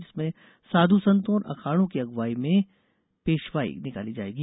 जिसमें साधु संतों और अखाड़ो की अग्रवाई में पेशवाई निकाली जायेगी